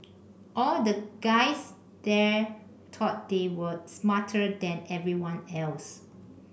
all the guys there thought they were smarter than everyone else